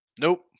Nope